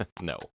no